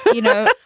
you know,